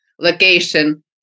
location